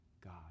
God